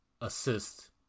assist